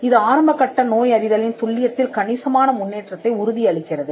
இது ஆரம்ப கட்ட நோய் அறிதலின் துல்லியத்தில் கணிசமான முன்னேற்றத்தை உறுதி அளிக்கிறது